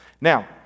Now